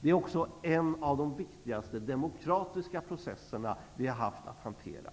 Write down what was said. Det är också en av de viktigaste demokratiska processer som vi har haft att hantera.